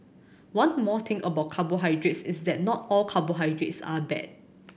one more thing about carbohydrates is that not all carbohydrates are bad